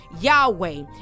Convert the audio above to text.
Yahweh